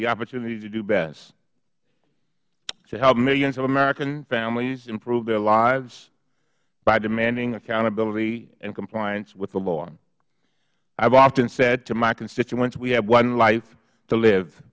the opportunity do best to help millions of american families improve their lives by demanding accountability and compliance with the law i have often said to my constituents we have one life to live